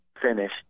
finish